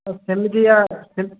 କେମିତିକା